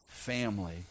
family